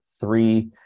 three